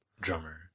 drummer